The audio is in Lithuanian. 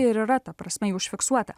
ir yra ta prasme jau užfiksuota